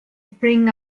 bring